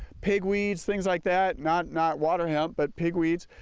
pig weeds, things like that. not not water hemp but pigweeds.